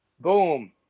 Boom